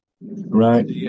Right